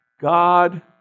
God